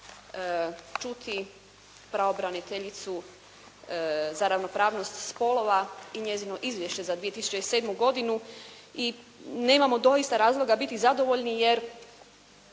čuti pravobraniteljicu za ravnopravnost spolova i njezino izvješće za 2007. godinu i nemamo doista razloga biti zadovoljni jer